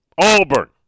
Auburn